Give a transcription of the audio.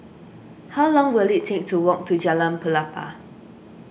how long will it take to walk to Jalan Pelepah